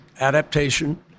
adaptation